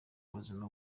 buzima